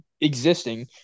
existing